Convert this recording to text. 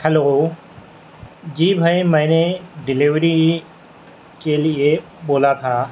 hello جی بھائی میں نے ڈلیوری کے لیے بولا تھا